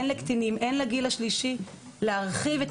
הן לקטינים והן לגיל השלישי להרחיב את